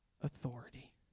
authority